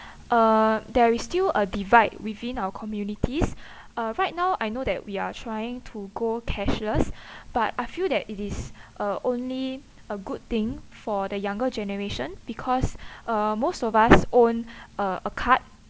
uh there is still a divide within our communities uh right now I know that we are trying to go cashless but I feel that it is uh only a good thing for the younger generation because uh most of us own uh a card